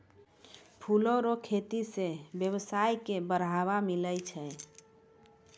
फूलो रो खेती से वेवसाय के बढ़ाबा मिलै छै